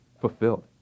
fulfilled